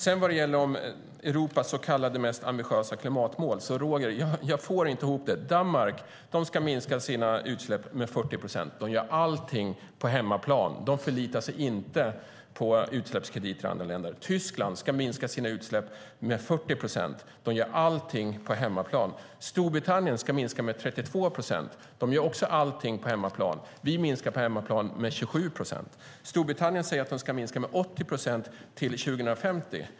Vad sedan gäller Europas så kallade mest ambitiösa klimatmål får jag inte ihop det, Roger. Danmark ska minska sina utsläpp med 40 procent. De gör allting på hemmaplan. De förlitar sig inte på utsläppskrediter i andra länder. Tyskland ska minska sina utsläpp med 40 procent. De gör allting på hemmaplan. Storbritannien ska minska med 32 procent. De gör också allting på hemmaplan. Vi minskar på hemmaplan med 27 procent. Storbritannien säger att de ska minska med 80 procent till 2050.